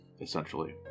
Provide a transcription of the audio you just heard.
essentially